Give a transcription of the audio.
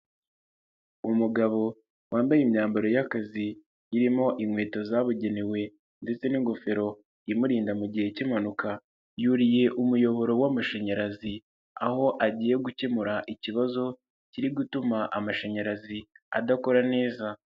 Umugabo wambaye imyambaro y'akazi irimo inkweto zabugenewe ndetse n'ingofero imurinda mu gihe cy'impanuka, yuriye umuyoboro w'amashanyarazi aho agiye gukemura ikibazo kiri gutuma amashanyarazi adakora neza.